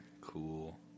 Cool